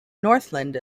northland